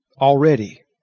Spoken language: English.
already